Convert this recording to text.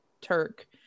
Turk